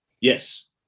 Yes